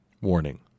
Warning